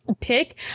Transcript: pick